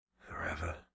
forever